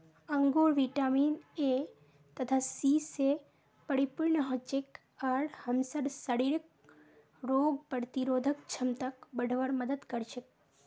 अंगूर vitamin A तथा C स परिपूर्ण हछेक आर हमसार शरीरक रोग प्रतिरोधक क्षमताक बढ़वार मदद कर छेक